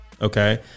Okay